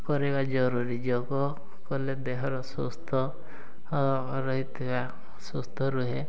କରିବା ଜରୁରୀ ଯୋଗ କଲେ ଦେହର ସୁସ୍ଥ ରହିଥିବା ସୁସ୍ଥ ରୁହେ